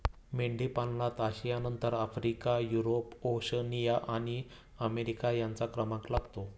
मेंढीपालनात आशियानंतर Africa, Europe, Oceania आणि अमेरिका यांचा क्रमांक लागतो